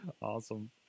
Awesome